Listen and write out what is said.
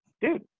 Dude